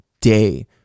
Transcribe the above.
day